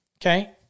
Okay